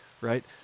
right